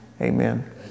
Amen